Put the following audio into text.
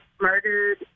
murdered